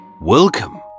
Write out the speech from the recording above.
welcome